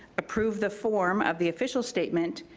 approve the form of the official statement,